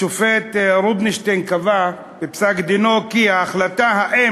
השופט רובינשטיין קבע בפסק-דינו כי ההחלטה אם